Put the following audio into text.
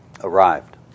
arrived